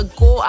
go